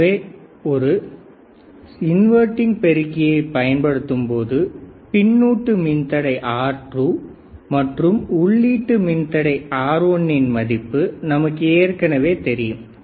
எனவே ஒரு இன்வர்டிங் பெருக்கியை பயன்படுத்தும்போது பின்னுட்டு மின்தடை R2 மற்றும் உள்ளீட்டு மின்தடை R1இன் மதிப்பு நமக்குத் ஏற்கனவே தெரியும்